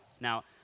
Now